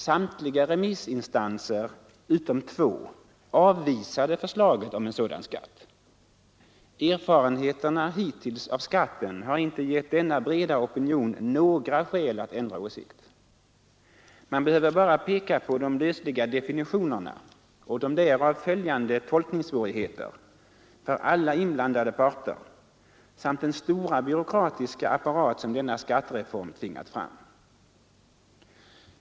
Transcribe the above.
Samtliga remissinstanser utom två avvisade förslaget om en sådan skatt. Erfarenheterna hittills av skatten har inte gett denna breda opinion några skäl att ändra åsikt. Man behöver bara peka på de lösliga definitionerna och de därav följande tolkningssvårigheter — för alla inblandade parter — samt den stora byråkratiska apparat som denna skattereform tvingat fram.